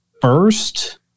first